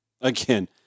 Again